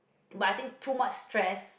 but I think too much stress